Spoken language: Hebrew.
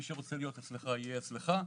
מי שרוצה להיות אצלך - יהיה אצלך,